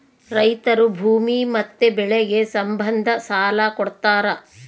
ರೈತರು ಭೂಮಿ ಮತ್ತೆ ಬೆಳೆಗೆ ಸಂಬಂಧ ಸಾಲ ಕೊಡ್ತಾರ